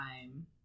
time